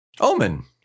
Omen